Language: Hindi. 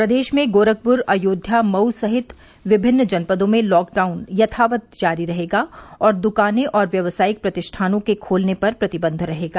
प्रदेश में गोरखपुर अयोध्या मऊ समेत विभिन्न जनपदों में लॉकडाउन यथावत जारी रहेगा और दुकानें और व्यावसायिक प्रतिष्ठानों के खोलने पर प्रतिबन्ध रहेगा